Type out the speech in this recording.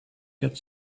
get